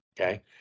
Okay